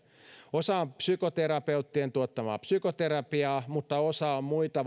osa on psykoterapeuttien tuottamaa psykoterapiaa mutta osa on muita